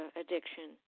addiction